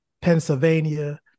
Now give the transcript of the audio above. Pennsylvania